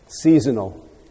seasonal